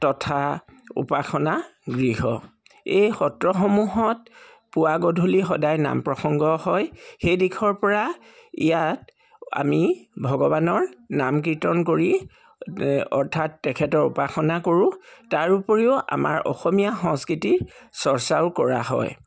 তথা উপাসনা গৃহ এই সত্ৰসমূহত পুৱা গধূলি সদায় নাম প্ৰসংগ হয় সেই দিশৰ পৰা ইয়াত আমি ভগৱানৰ নাম কীৰ্তন কৰি অৰ্থাৎ তেখেতৰ উপাসনা কৰোঁ তাৰ উপৰিও আমাৰ অসমীয়া সংস্কৃতিৰ চৰ্চাও কৰা হয়